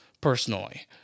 personally